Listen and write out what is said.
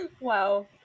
wow